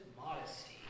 modesty